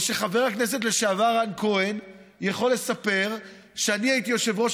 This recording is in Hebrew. או חבר הכנסת לשעבר רן כהן יכול לספר שאני הייתי יושב-ראש